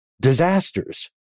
disasters